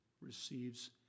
Receives